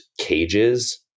cages